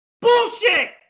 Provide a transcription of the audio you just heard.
Bullshit